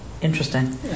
Interesting